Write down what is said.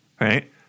right